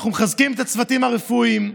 אנחנו מחזקים את הצוותים הרפואיים.